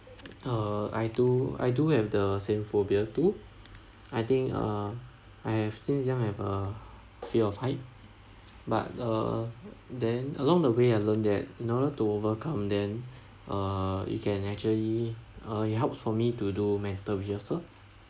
uh I do I do have the same phobia too I think uh I have since young I have a fear of height but uh then along the way I learned that in order to overcome then uh you can actually uh it helps for me to do mental rehearsal